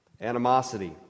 Animosity